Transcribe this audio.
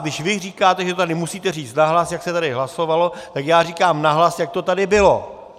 Když vy říkáte, že to tady musíte říct nahlas, jak se tady hlasovalo, tak já říkám nahlas, jak to tady bylo.